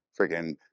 freaking